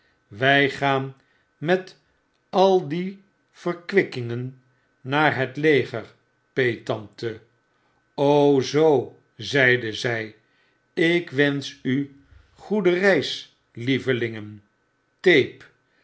wy gaan met al die verkwikkingen naar het leger peettante zoo zeide zij lkwenschu goede reis lievelingen tape